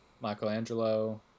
Michelangelo